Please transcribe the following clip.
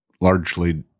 largely